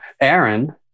Aaron